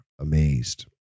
amazed